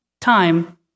time